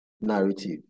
narrative